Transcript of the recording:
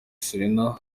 serena